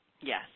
Yes